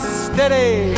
steady